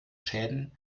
schäden